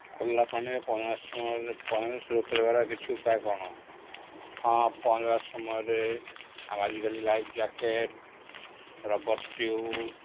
ଖୋଲା ପାଣିରେ ପହଁରିବା ସମୟରେ ପାଣିରୁ ସୁରକ୍ଷା ରହିବାର କିଛି ଉପାୟ କ'ଣ ହଁ ପହଁରିବା ସମୟରେ ଆମେ ଆଜିକାଲି ଲାଇଫ୍ ଜ୍ୟାକେଟ୍ ରବର୍ ଟିଉବ୍